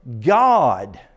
God